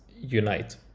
unite